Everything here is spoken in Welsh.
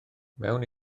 mewn